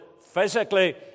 physically